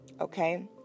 okay